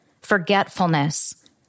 Forgetfulness